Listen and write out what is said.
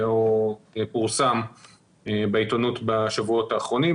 או פורסם בעיתונות בשבועות האחרונים,